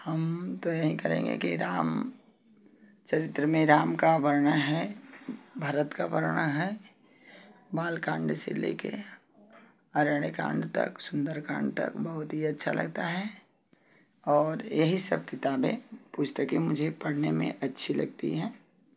हम तो यही कहेंगे कि राम चरित्र में राम का वर्णन है भरत का वर्णन है बालकांड से लेकर अरण्यकाण्ड तक सुंदरकाण्ड तक बहुत ही अच्छा लगता है और यही सब किताबें पुस्तकें मुझे पढ़ने में अच्छी लगती हैं